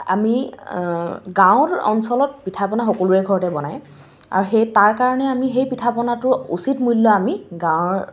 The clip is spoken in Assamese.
আমি গাঁৱৰ অঞ্চলত পিঠাপনা সকলোৰে ঘৰতে বনায় আৰু সেই তাৰ কাৰণে আমি সেই পিঠাপনাটোৰ উচিত মূল্য আমি গাঁৱৰ